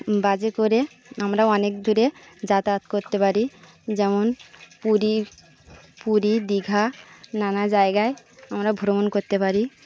বাসে করে আমরা অনেক দূরে যাতায়াত করতে পারি যেমন পুরী পুরী দীঘা নানা জায়গায় আমরা ভ্রমণ কততেে পারি